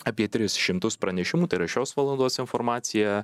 apie tris šimtus pranešimų tai yra šios valandos informacija